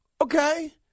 Okay